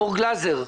אור גלזר,